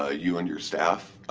ah you and your staff,